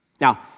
Now